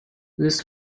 this